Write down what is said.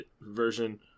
version